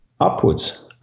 Upwards